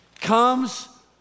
comes